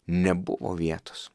nebuvo vietos